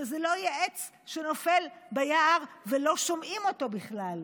שזה לא יהיה עץ שנופל ביער ולא שומעים אותו בכלל.